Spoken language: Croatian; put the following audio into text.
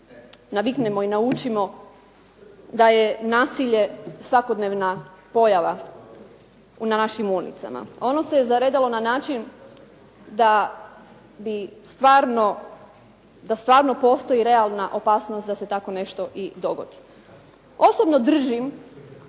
naviknemo i naučimo da je nasilje svakodnevna pojava u našim ulicama. Ono se zaredalo na način da bi stvarno, da stvarno postoji realna opasnost da se takvo nešto i dogodi. Osobno držim